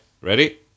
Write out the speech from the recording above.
Ready